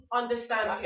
understand